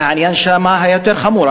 והעניין שם היה יותר חמור,